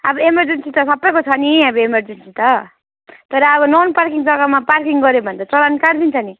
अब एमरजेन्सी त सबैको छ नि एमरजेन्सी त तर अब नन पार्किङ जग्गामा पार्किङ गऱ्यो भने त चालन काट्दिन्छ नि